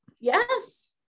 Yes